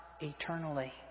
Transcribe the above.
eternally